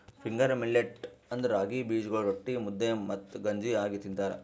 finger millets ಅಂದುರ್ ರಾಗಿ ಬೀಜಗೊಳ್ ರೊಟ್ಟಿ, ಮುದ್ದೆ ಮತ್ತ ಗಂಜಿ ಆಗಿ ತಿಂತಾರ